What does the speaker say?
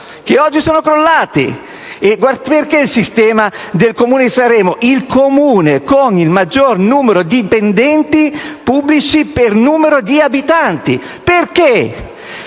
che oggi sono crollati. Perché il Comune di Sanremo è il comune con il maggior numero di dipendenti pubblici per numero di abitanti? Perché